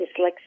dyslexia